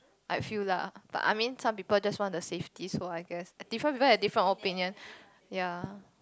I feel lah but I mean some people just want the safety so I guess different people different opinion ya